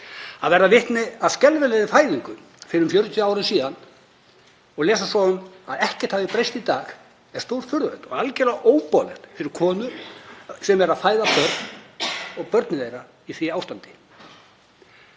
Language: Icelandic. Að verða vitni að skelfilegri fæðingu fyrir 40 árum og lesa svo um að ekkert hafi breyst í dag er stórfurðulegt og algerlega óboðlegt fyrir konur sem eru að fæða og börnin þeirra í því ástandi.